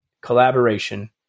collaboration